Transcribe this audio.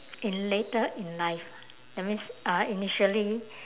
in later in life that means uh initially